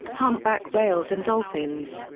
humpback whales and dolphins.